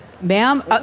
ma'am